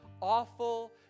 awful